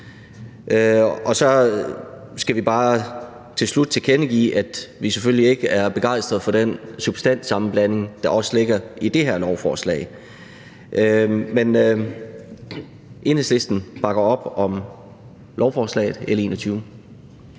Så skal vi bare til slut tilkendegive, at vi selvfølgelig ikke er begejstret for den substanssammenblanding, der også ligger i det her lovforslag. Men Enhedslisten bakker op om lovforslag nr.